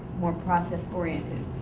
more process oriented?